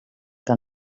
que